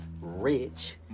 rich